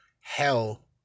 hell